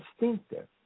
instinctive